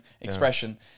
expression